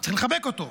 צריך לחבק אותו,